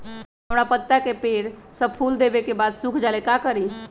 हमरा पतिता के पेड़ सब फुल देबे के बाद सुख जाले का करी?